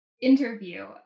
interview